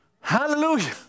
Hallelujah